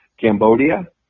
Cambodia